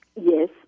Yes